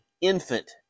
infant